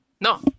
No